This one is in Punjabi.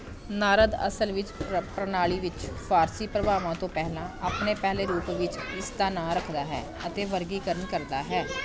ਨਾਰਦ ਅਸਲ ਵਿੱਚ ਪ੍ਰਣਾਲੀ ਵਿੱਚ ਫ਼ਾਰਸੀ ਪ੍ਰਭਾਵਾਂ ਤੋਂ ਪਹਿਲਾਂ ਆਪਣੇ ਪਹਿਲੇ ਰੂਪ ਵਿੱਚ ਇਸ ਦਾ ਨਾਮ ਰੱਖਦਾ ਹੈ ਅਤੇ ਵਰਗੀਕਰਣ ਕਰਦਾ ਹੈ